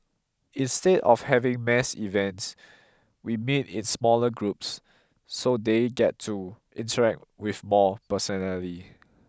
instead of having mass events we meet in smaller groups so they get to interact with more personally